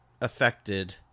affected